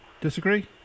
Disagree